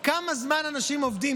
כמה זמן אנשים עובדים,